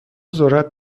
ذرت